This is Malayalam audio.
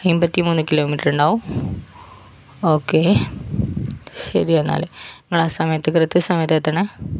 അൻപത്തിമൂന്ന് കിലോ മീറ്റർ ഉണ്ടാകും ഓക്കെ ശരിയെന്നാൽ നിങ്ങളാ സമയത്ത് കൃത്യ സമയത്ത് എത്തണേ